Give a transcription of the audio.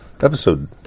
episode